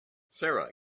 sara